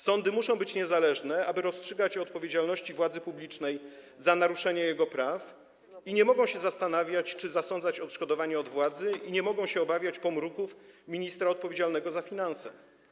Sądy muszą być niezależne, aby rozstrzygać o odpowiedzialności władzy publicznej za naruszenia prawa i nie mogą się zastanawiać, czy zasądzać odszkodowanie od władzy, i nie mogą się obawiać pomruków ministra odpowiedzialnego za finanse.